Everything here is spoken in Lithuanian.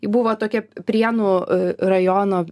ji buvo tokia prienų rajono